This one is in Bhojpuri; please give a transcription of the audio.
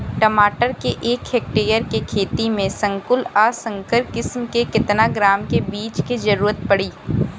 टमाटर के एक हेक्टेयर के खेती में संकुल आ संकर किश्म के केतना ग्राम के बीज के जरूरत पड़ी?